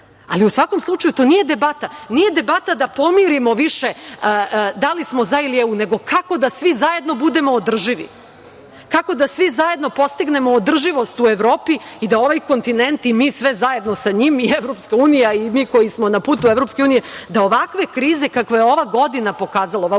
ali u svakom slučaju to nije debata. Nije debata da pomirimo više da li smo za EU ili ne, nego kako da svi zajedno budemo održivi, kako da svi zajedno postignemo održivost u Evropi i da ovaj kontinent i mi sve zajedno sa njim, i EU i mi koji smo na putu EU da ovakve krize kakve je ova godina pokazala, ova užasna